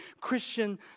Christian